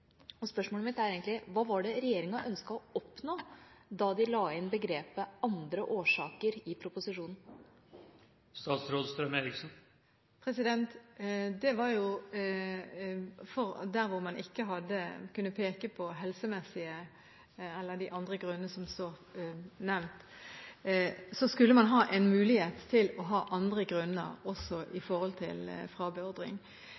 følger. Spørsmålet mitt er egentlig: Hva var det regjeringa ønsket å oppnå da den la inn begrepet «andre årsaker» i proposisjonen? Der man ikke kunne peke på helsemessige grunner, eller de andre grunnene som står nevnt, skulle man ha en mulighet til å ha andre grunner også